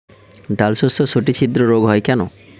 ডালশস্যর শুটি ছিদ্র রোগ হয় কেন?